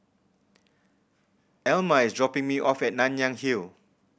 Elma is dropping me off at Nanyang Hill